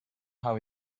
how